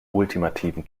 ultimativen